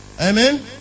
Amen